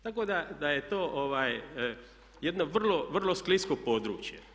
Tako da je to jedno vrlo, vrlo sklisko područje.